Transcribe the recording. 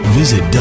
visit